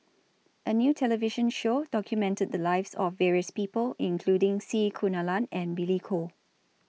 A New television Show documented The Lives of various People including C Kunalan and Billy Koh